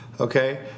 Okay